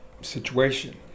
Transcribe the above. situation